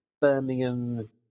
Birmingham